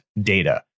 data